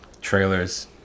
trailers